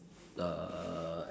uh